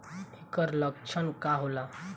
ऐकर लक्षण का होला?